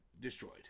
destroyed